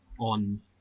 on